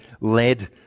led